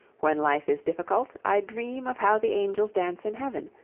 when life is difficult, i dream of how the angels dance in heaven.